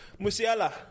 Musiala